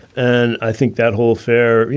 and i think that whole fair, you